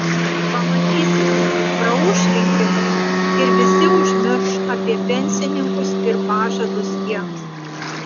pamatysite praūš rinkimai ir visi užmirš apie pensininkus ir pažadus jiems